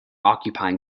occupying